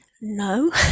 No